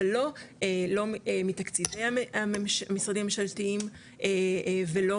אבל לא מתקציבי המשרדים הממשלתיים ולא